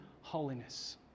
holiness